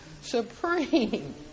supreme